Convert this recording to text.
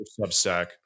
Substack